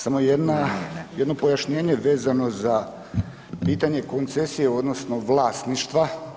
Samo jedna, jedno pojašnjenje vezano za pitanje koncesije odnosno vlasništva…